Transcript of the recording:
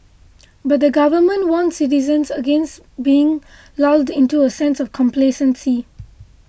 but the Government warned citizens against being lulled into a sense of complacency